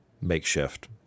makeshift